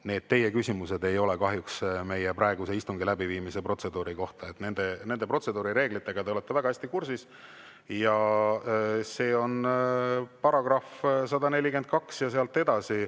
Teie küsimused ei ole kahjuks meie praeguse istungi läbiviimise protseduuri kohta. Nende protseduurireeglitega te olete väga hästi kursis, need on §-s 142 ja sealt edasi